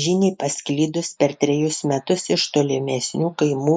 žiniai pasklidus per trejus metus iš tolimesnių kaimų